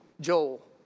Joel